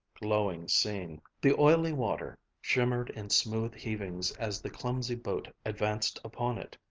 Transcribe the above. glowing scene. the oily water shimmered in smooth heavings as the clumsy boat advanced upon it.